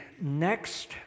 next